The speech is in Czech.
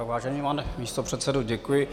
Vážený pane místopředsedo, děkuji.